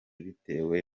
bitewe